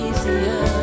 Easier